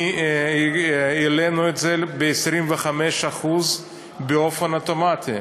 העלינו את זה ב-25% באופן אוטומטי,